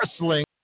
wrestling